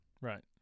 Right